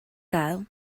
gael